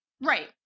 right